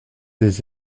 des